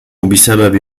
بسبب